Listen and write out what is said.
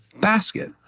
basket